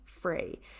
free